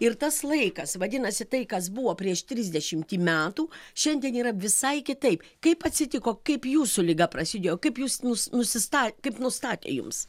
ir tas laikas vadinasi tai kas buvo prieš trisdešimtį metų šiandien yra visai kitaip kaip atsitiko kaip jūsų liga prasidėjo kaip jūs nus nusista kaip nustatė jums